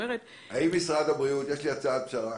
יש לי הצעת פשרה.